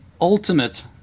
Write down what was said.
ultimate